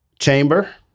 chamber